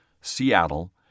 Seattle